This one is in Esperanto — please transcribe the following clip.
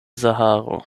saharo